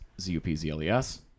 z-u-p-z-l-e-s